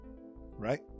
Right